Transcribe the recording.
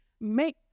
make